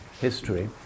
history